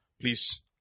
please